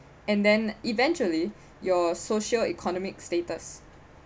and then eventually your social economic status